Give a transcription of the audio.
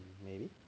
lame